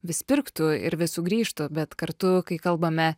vis pirktų ir vis sugrįžtų bet kartu kai kalbame